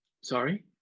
Sorry